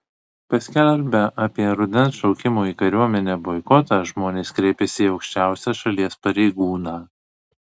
paskelbę apie rudens šaukimo į kariuomenę boikotą žmonės kreipėsi į aukščiausią šalies pareigūną